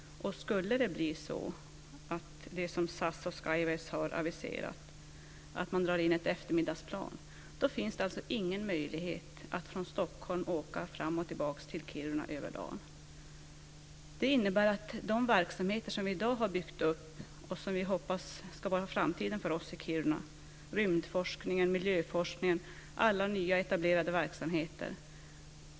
Skulle det blir så som SAS och Skyways har aviserat, att man drar in ett eftermiddagsplan, finns det alltså ingen möjlighet att åka från Stockholm till Kiruna fram och tillbaka över dagen. Det innebär problem när det gäller de verksamheter som vi i dag har byggt upp och som vi hoppas ska vara framtiden för oss i Kiruna. Det handlar om rymdforskningen, miljöforskningen och alla nya etablerade verksamheter.